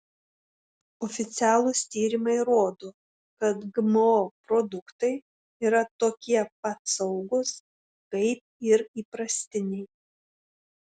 oficialūs tyrimai rodo kad gmo produktai yra tokie pat saugūs kaip ir įprastiniai